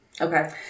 Okay